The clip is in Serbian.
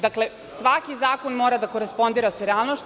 Dakle, svaki zakon mora da korespondira sa realnošću.